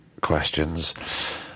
questions